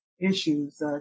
issues